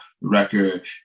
record